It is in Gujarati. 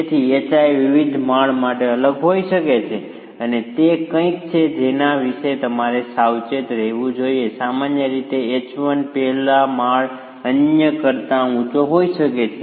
તેથી hi વિવિધ માળ માટે અલગ હોઈ શકે છે અને તે કંઈક છે જેના વિશે તમારે સાવચેત રહેવું જોઈએ સામાન્ય રીતે h1 પહેલો માળ અન્ય કરતા ઉંચો હોઈ શકે છે